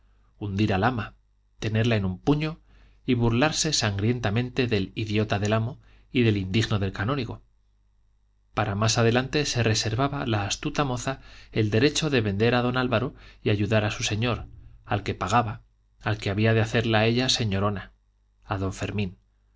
hundir al ama tenerla en un puño y burlarse sangrientamente del idiota del amo y del indino del canónigo para más adelante se reservaba la astuta moza el derecho de vender a don álvaro y ayudar a su señor al que pagaba al que había de hacerla a ella señorona a don fermín